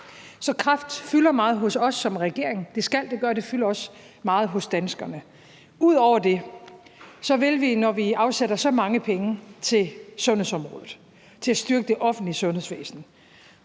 Så kræft fylder meget hos os som regering, og det skal det gøre, for det fylder også meget hos danskerne. Ud over det vil vi, når vi afsætter så mange penge til sundhedsområdet, altså til at styrke det offentlige sundhedsvæsen,